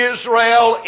Israel